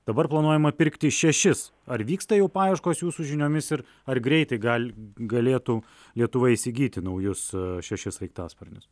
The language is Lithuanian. dabar planuojama pirkti šešis ar vyksta jų paieškos jūsų žiniomis ir ar greitai gal galėtų lietuva įsigyti naujus šešis sraigtasparnius